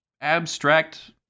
abstract